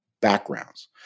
backgrounds